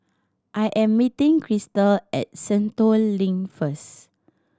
I am meeting Chrystal at Sentul Link first